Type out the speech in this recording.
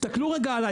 תסתכלו עליי.